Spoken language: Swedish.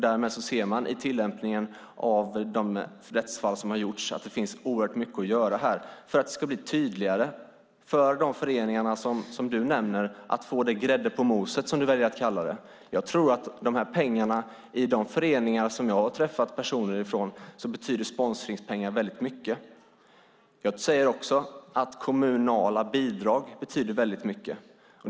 Därmed syns det i tillämpningen av rättsfallen att det finns oerhört mycket att göra för att det ska bli tydligare för föreningarna att få grädden på moset. För de föreningar jag har träffat betyder sponsringspengarna mycket. Kommunala bidrag betyder mycket.